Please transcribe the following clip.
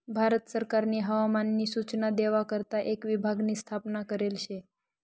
भारत सरकारनी हवामान नी सूचना देवा करता एक विभाग नी स्थापना करेल शे